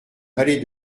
vallée